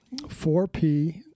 4P